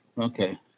okay